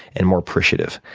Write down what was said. and more appreciative.